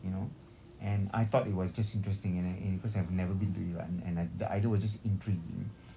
you know and I thought it was just interesting you know because I've never been to iran and the idea was just intriguing